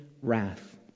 Wrath